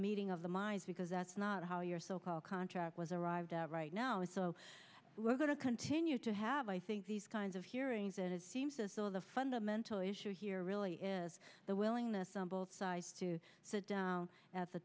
meeting of the minds because that's not how your so called contract was arrived right now is so we're going to continue to have i think these kinds of hearings and it seems as though the fundamental issue here really is the willingness on both sides to